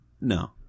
no